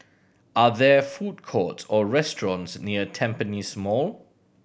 are there food courts or restaurants near Tampines Mall